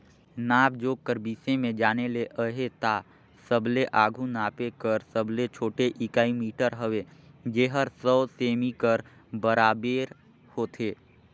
नाप जोख कर बिसे में जाने ले अहे ता सबले आघु नापे कर सबले छोटे इकाई मीटर हवे जेहर सौ सेमी कर बराबेर होथे